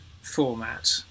format